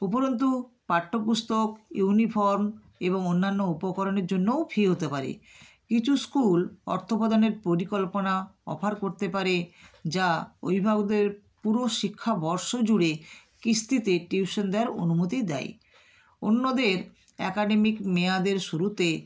উপরন্তু পাঠ্যপুস্তক ইউনিফর্ম এবং অন্যান্য উপকরণের জন্যও ফি হতে পারে কিছু স্কুল অর্থপোদানের পরিকল্পনা অফার করতে পারে যা অভিভাবকদের পুরো শিক্ষাবর্ষ জুড়ে কিস্তিতে টিউশন দেওয়ার অনুমতি দেয় অন্যদের অ্যাকাডেমিক মেয়াদের শুরুতে